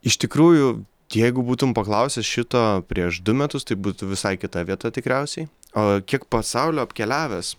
iš tikrųjų jeigu būtum paklausęs šito prieš du metus tai būtų visai kita vieta tikriausiai o kiek pasaulio apkeliavęs